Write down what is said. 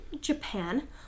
Japan